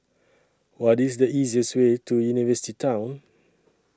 What IS The easiest Way to University Town